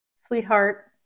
sweetheart